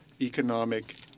economic